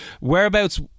whereabouts